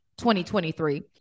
2023